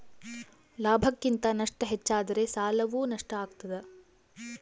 ಲಾಭಕ್ಕಿಂತ ನಷ್ಟ ಹೆಚ್ಚಾದರೆ ಸಾಲವು ನಷ್ಟ ಆಗ್ತಾದ